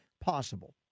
possible